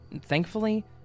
Thankfully